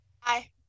Hi